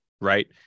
right